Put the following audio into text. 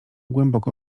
głęboko